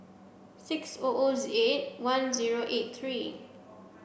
six O O eight one zero eight three